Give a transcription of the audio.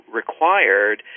required